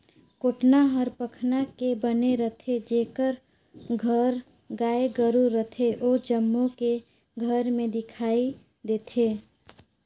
कोटना हर पखना के बने रथे, जेखर घर गाय गोरु रथे ओ जम्मो के घर में दिखइ देथे